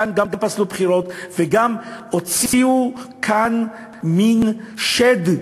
כאן גם פסלו בחירות וגם הוציאו מין שד,